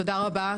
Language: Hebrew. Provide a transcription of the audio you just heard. תודה רבה,